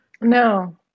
No